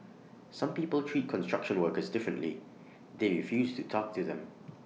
some people treat construction workers differently they refuse to talk to them